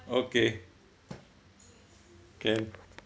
okay can